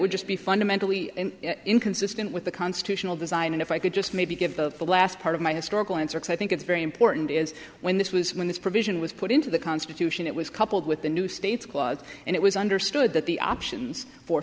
would just be fundamentally inconsistent with the constitutional design and if i could just maybe give the last part of my historical answer is i think it's very important is when this was when this provision was put into the constitution it was coupled with the new states clause and it was understood that the options for